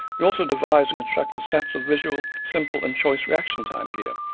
we also devised and constructed sets of visual simple and choice reaction-time gear,